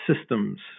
systems